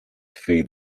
feed